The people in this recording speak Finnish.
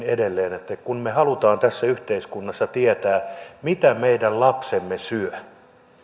edelleen me haluamme tässä yhteiskunnassa tietää mitä meidän lapsemme syövät